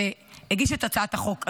שהגיש את הצעת החוק,